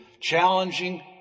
challenging